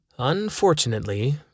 Unfortunately